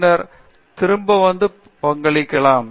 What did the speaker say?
பின்னர் திரும்பி வந்து பங்களிக்கலாம்